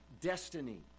destiny